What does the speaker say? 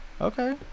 Okay